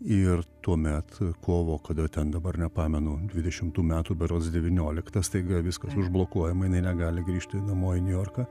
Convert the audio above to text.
ir tuomet kovo kada ten dabar nepamenu dvidešimtų metų berods devynioliktą staiga viskas užblokuojama jinai negali grįžti namo į niujorką